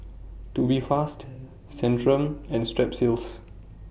Tubifast Centrum and Strepsils